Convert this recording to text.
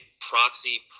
proxy